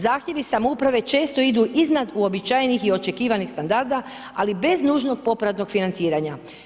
Zahtjevi samouprave često idu iznad uobičajenih i očekivanih standarda, ali bez nužnog popratnog financiranja.